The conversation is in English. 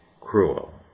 cruel